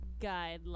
guidelines